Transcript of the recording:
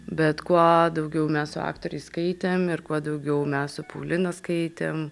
bet kuo daugiau mes su aktoriais skaitėm ir kuo daugiau mes su paulina skaitėm